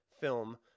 film